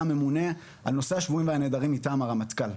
ממונה על נושא השבויים והנעדרים מטעם הרמטכ"ל.